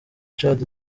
tchad